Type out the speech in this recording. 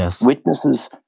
Witnesses